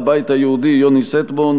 הבית היהודי: יוני שטבון.